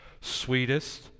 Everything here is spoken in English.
sweetest